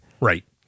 Right